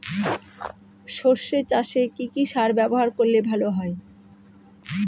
সর্ষে চাসে কি কি সার ব্যবহার করলে ভালো হয়?